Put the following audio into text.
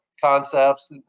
concepts